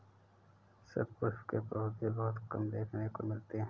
शतपुष्प के पौधे बहुत कम देखने को मिलते हैं